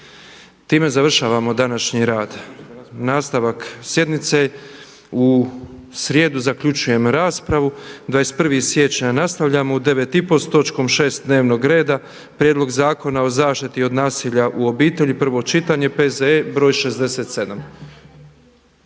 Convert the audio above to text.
Time završavamo današnji rad. Nastavak sjednice je u srijedu. Zaključujem raspravu. 25. siječnja nastavljamo u 9,30 sati s točkom 6. dnevnog reda – Prijedlog zakona o zaštiti od nasilja u obitelji, prvo čitanje, P.Z.E. br. 67.